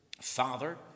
Father